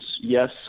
Yes